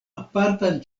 apartan